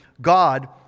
God